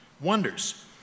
wonders